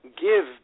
give